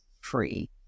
free